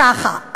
ככה,